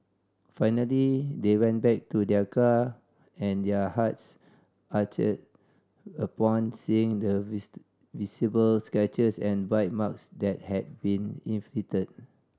finally they went back to their car and their hearts ached upon seeing the visible scratches and bite marks that had been inflicted